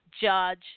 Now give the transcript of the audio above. Judge